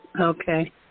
Okay